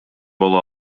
боло